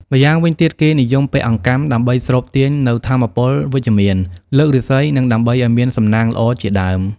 ម្យ៉ាងវិញទៀតគេនិយមពាក់អង្កាំដើម្បីស្រូបទាញនូវថាមពលវិជ្ជមាន លើករាសីនិងដើម្បីឲ្យមានសំណាងល្អជាដើម។